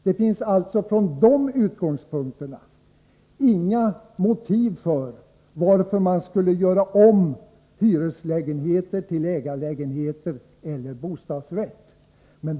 Det finns alltså från de utgångspunkterna inga motiv för att göra om hyreslägenheter till ägarlägenheter eller bostadsrätter.